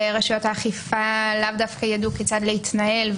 ורשויות האכיפה לאו דווקא ידעו כיצד להתנהל,